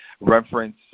reference